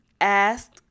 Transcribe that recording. asked